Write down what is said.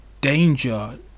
danger